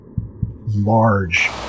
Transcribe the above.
large